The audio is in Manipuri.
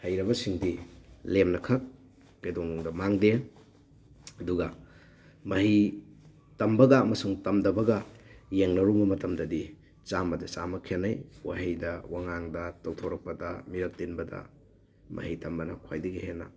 ꯍꯩꯔꯕꯁꯤꯡꯗꯤ ꯂꯦꯝꯅ ꯈꯛ ꯀꯩꯗꯧꯅꯨꯡꯗ ꯃꯥꯡꯗꯦ ꯑꯗꯨꯒ ꯃꯍꯩ ꯇꯝꯕꯒ ꯑꯃꯁꯨꯡ ꯇꯝꯗꯕꯒ ꯌꯦꯡꯅꯔꯨꯕ ꯃꯇꯝꯗꯗꯤ ꯆꯥꯝꯃꯗ ꯆꯥꯝꯃ ꯈꯦꯠꯅꯩ ꯋꯥꯍꯩꯗ ꯋꯥꯉꯥꯡꯗ ꯇꯧꯊꯣꯔꯛꯄꯗ ꯃꯤꯔꯛ ꯇꯤꯟꯕꯗ ꯃꯍꯩ ꯇꯝꯕꯅ ꯈ꯭ꯋꯥꯏꯗꯒꯤ ꯍꯦꯟꯅ